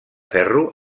ferro